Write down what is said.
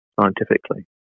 scientifically